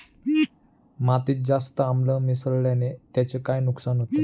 मातीत जास्त आम्ल मिसळण्याने त्याचे काय नुकसान होते?